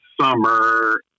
summer